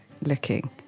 looking